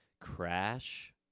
crash